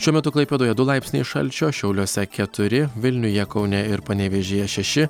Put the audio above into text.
šiuo metu klaipėdoje du laipsniai šalčio šiauliuose keturi vilniuje kaune ir panevėžyje šeši